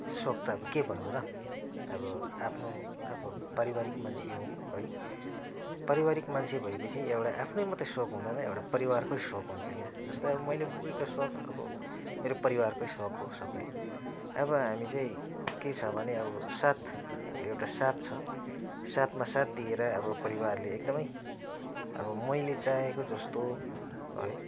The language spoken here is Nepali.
सोख त अब के भन्नु र अब आफ्नो अब पारिवारिक मान्छे हो है पारिवारिक मान्छे भएपछि एउटा आफ्नै मात्रै सोख हुँदैन एउटा परिवारकै सोख हुन्छ क्या जस्तै अब मैले बुढीको सोख अब मेरो परिवारकै सोख हो सबै अब हामी चाहिँ के छ भने अब साथ अब एउटा साथ छ साथमा साथ दिएर अब परिवारले एकदमै अब मैले चाहेको जस्तो है